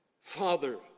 Father